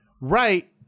Right